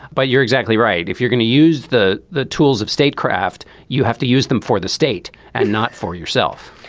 but you're exactly right if you're going to use the the tools of statecraft you have to use them for the state and not for yourself